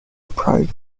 private